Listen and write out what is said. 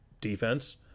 defense